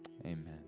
amen